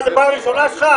מה, זו פעם ראשונה שלך?